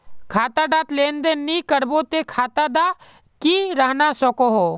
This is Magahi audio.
खाता डात लेन देन नि करबो ते खाता दा की रहना सकोहो?